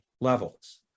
levels